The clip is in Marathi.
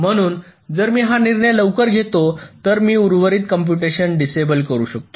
म्हणून जर मी हा निर्णय लवकर घेतो तर मी उर्वरित कॅम्पुटेशन डिसेबल करू शकतो